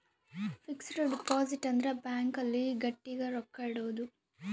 fix deposit ಅಂದ್ರ bank ಅಲ್ಲಿ ಗಟ್ಟಿಗ ರೊಕ್ಕ ಇಡೋದು